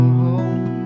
home